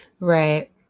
Right